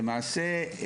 למעשה,